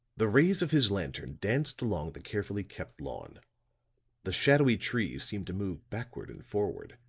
the rays of his lantern danced along the carefully kept lawn the shadowy trees seemed to move backward and forward,